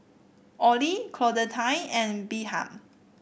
Olie Claudette and Birtha